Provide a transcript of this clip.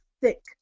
thick